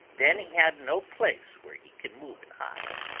then he have no place where he can move and hide.